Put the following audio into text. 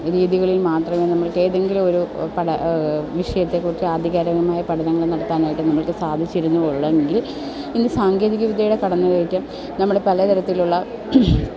രീതികളിൽ മാത്രമേ നമ്മൾക്ക് ഏതെങ്കിലും ഒരു വിഷയത്തെക്കുറിച്ച് ആധികാരികമായ പഠനങ്ങൾ നടത്താനായിട്ട് നമ്മൾക്ക് സാധിച്ചിരുന്നുള്ളെങ്കിൽ ഇന്ന് സാങ്കേതിക വിദ്യയുടെ കടന്നുകയറ്റം നമ്മളെ പലതരത്തിലുള്ള